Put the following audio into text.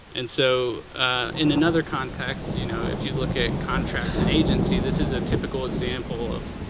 and so in another context, you know if you look at contracts and agency, this is a typical example of,